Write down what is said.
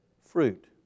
fruit